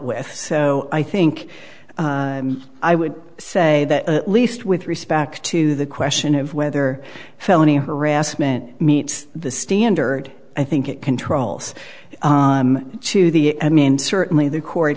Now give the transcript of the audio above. with so i think i would say that at least with respect to the question of whether felony harassment meets the standard i think it controls to the admin certainly the court